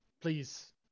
Please